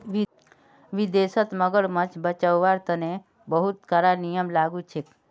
विदेशत मगरमच्छ बचव्वार तने बहुते कारा नियम लागू छेक